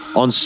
on